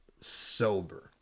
sober